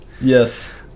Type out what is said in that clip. yes